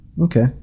Okay